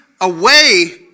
away